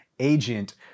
Agent